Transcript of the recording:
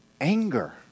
anger